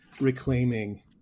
reclaiming